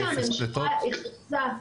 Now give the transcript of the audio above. גז,